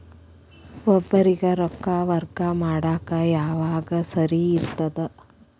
ಒಬ್ಬರಿಗ ರೊಕ್ಕ ವರ್ಗಾ ಮಾಡಾಕ್ ಯಾವಾಗ ಸರಿ ಇರ್ತದ್?